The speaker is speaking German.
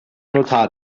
notar